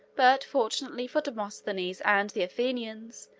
but, fortunately for demosthenes and the athenians,